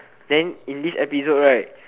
then in this episode right